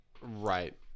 Right